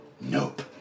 Nope